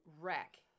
wreck